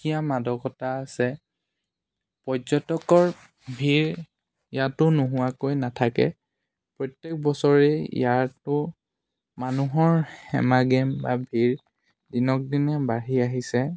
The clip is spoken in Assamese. সুকীয়া মাদকতা আছে পৰ্যটকৰ ভিৰ ইয়াতো নোহোৱাকৈ নাথাকে প্ৰত্যেক বছৰেই ইয়াতো মানুহৰ হেমাগেম বা ভিৰ দিনক দিনে বাঢ়ি আহিছে